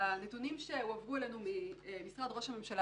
בנתונים שהועברו אלינו ממשרד ראש הממשלה